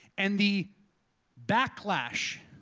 and the backlash